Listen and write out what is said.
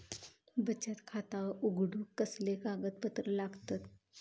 बचत खाता उघडूक कसले कागदपत्र लागतत?